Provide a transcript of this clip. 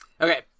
okay